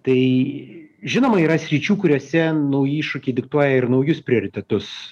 tai žinoma yra sričių kuriuose nauji iššūkiai diktuoja ir naujus prioritetus